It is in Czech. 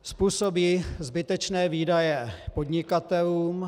Způsobí zbytečné výdaje podnikatelům.